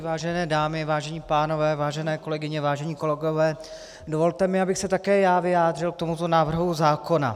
Vážené dámy, vážení pánové, vážené kolegyně, vážení kolegové, dovolte mi, abych se také já vyjádřil k tomuto návrhu zákona.